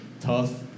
tough